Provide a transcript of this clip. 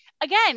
again